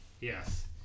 yes